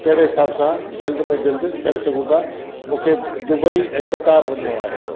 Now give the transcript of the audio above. कहिड़े हिसाब सां जल्द में जल्द करे सघूं था मूंखे दुबई ऐं कतार वण्णोयि आहे